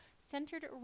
centered